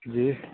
جی